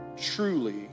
Truly